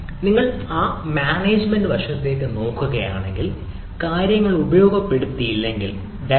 നിങ്ങൾ ആ മാനേജ്മെൻറ് വശത്തേക്ക് നോക്കുകയാണെങ്കിൽ കാര്യങ്ങൾ ഉപയോഗപ്പെടുത്തിയില്ലെങ്കിൽ ഡൈനാമിക്സ് ഷട്ട്ഡൌണിന്റെ മറ്റൊരു വശമുണ്ട്